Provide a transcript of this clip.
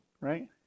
right